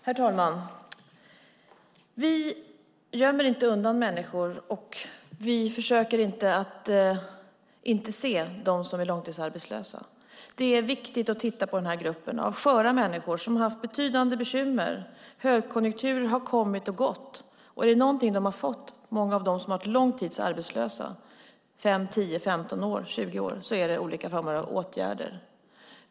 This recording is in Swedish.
Herr talman! Vi gömmer inte undan människor, och vi försöker inte att inte se dem som är långtidsarbetslösa. Det är viktigt att se den här gruppen sköra människor som har haft betydande bekymmer. Högkonjunkturer har kommit och gått, och är det någonting som de som har varit långtidsarbetslösa i 5, 10, 15, 20 år har fått är det att bli föremål för olika former av åtgärder.